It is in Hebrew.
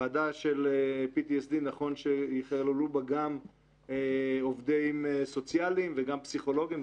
בוועדה של PTSD נכון שייכללו בה גם עובדים סוציאליים וגם פסיכולוגים,